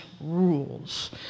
rules